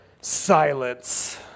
silence